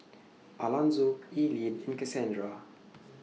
Alanzo Eileen and Casandra